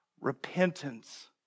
repentance